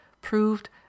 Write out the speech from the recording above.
proved